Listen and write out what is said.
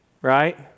right